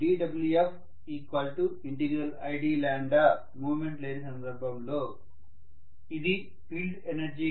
dWfid moment లేని సందర్భంలో field energy